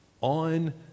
On